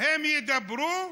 חברי